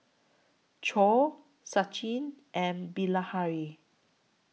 Choor Sachin and Bilahari